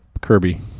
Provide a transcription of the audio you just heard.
kirby